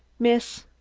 miss?